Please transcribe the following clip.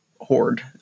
horde